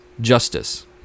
justice